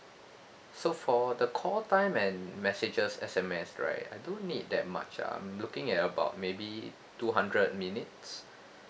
so for the call time and messages S_M_S right I don't need that much ah I'm looking at about maybe two hundred minutes